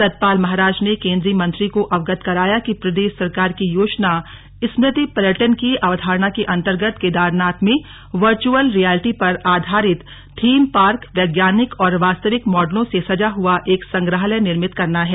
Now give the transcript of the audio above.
सतपाल महाराज ने केंद्रीय मंत्री को अवगत कराया कि प्रदेश सरकार की योजना स्मृति पर्यटन की अवधारणा के अन्तर्गत केदारनाथ में वर्चअल रियलिटी पर आधारित थीम पार्क वैज्ञानिक और वास्तविक मॉडलों से सजा हुआ एक संग्रहालय निर्मित करना है